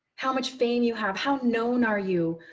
how much fame you have, how known are you?